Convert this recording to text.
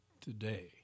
today